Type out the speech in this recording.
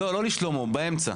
לא, לא לשלומו, באמצע.